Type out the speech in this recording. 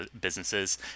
businesses